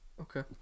Okay